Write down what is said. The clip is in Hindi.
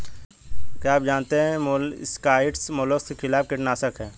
क्या आप जानते है मोलस्किसाइड्स मोलस्क के खिलाफ कीटनाशक हैं?